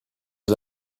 was